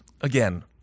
again